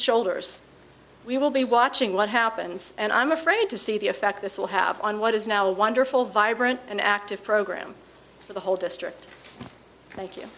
shoulders we will be watching what happens and i'm afraid to see the effect this will have on what is now a wonderful vibrant and active program for the whole district thank you